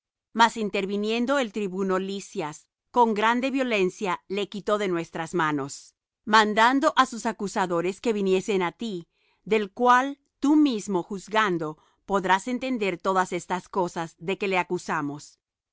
mas interviniendo el tribuno lisias con grande violencia le quitó de nuestras manos mandando á sus acusadores que viniesen á ti del cual tú mismo juzgando podrás entender todas estas cosas de que le acusamos